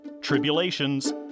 tribulations